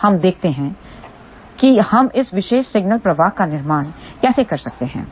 तो हम देखते हैं कि हम इस विशेष सिग्नल प्रवाह का निर्माण कैसे कर सकते हैं